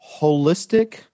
holistic